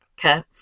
okay